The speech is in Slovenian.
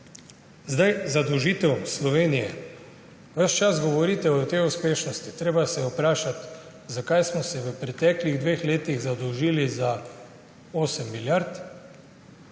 Zadolžitev Slovenije. Ves čas govorite o tej uspešnosti. Treba se je vprašati, zakaj smo se v preteklih dveh letih zadolžili za 8 milijard,